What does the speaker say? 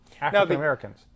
African-Americans